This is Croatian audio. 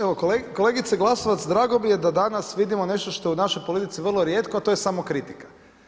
Evo kolegice Glasovac, drago mi je da danas vidimo nešto što je u našoj politici vrlo rijetko, a to je samokritika.